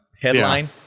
headline